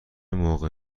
موقع